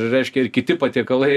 reiškia ir kiti patiekalai